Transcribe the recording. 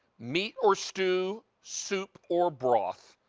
meat or stew, soup or broth.